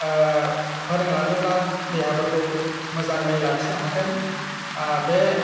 फोरोंलाङोब्ला देहाफोरखौ मोजाङै लाखिनो हागोन बे